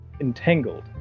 entangled